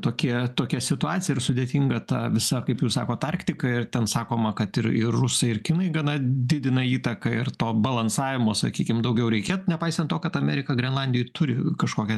tokie tokia situacija ir sudėtinga ta visa kaip jūs sakot arktika ir ten sakoma kad ir ir rusai ir kinai gana didina įtaką ir to balansavimo sakykim daugiau reikia nepaisant to kad amerika grenlandijoj turi kažkokią